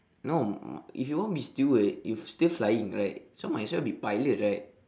no if you want be steward you still flying right so might as well be pilot right